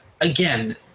again